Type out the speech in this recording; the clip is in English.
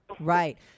right